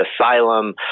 asylum